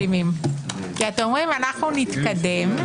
כי אתם אומרים - אנחנו נתקדם.